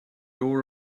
door